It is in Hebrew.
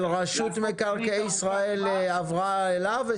רשות מקרקעי ישראל עברה אליו?